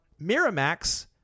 Miramax